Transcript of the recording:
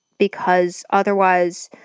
because otherwise,